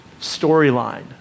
storyline